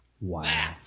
Wow